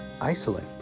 Isolate